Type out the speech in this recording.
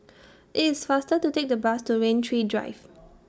IT IS faster to Take The Bus to Rain Tree Drive